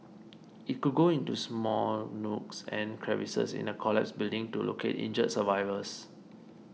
it could go into small nooks and crevices in a collapsed building to locate injured survivors